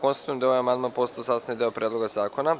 Konstatujem da je ovaj amandman postao sastavni deo Predloga zakona.